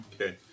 Okay